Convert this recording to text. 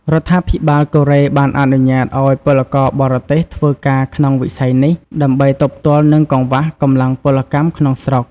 រដ្ឋាភិបាលកូរ៉េបានអនុញ្ញាតឱ្យពលករបរទេសធ្វើការក្នុងវិស័យនេះ ដើម្បីទប់ទល់នឹងកង្វះកម្លាំងពលកម្មក្នុងស្រុក ។